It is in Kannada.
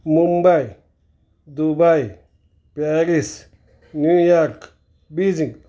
Mumbai Dubai Paris New York Beijing